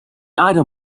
idle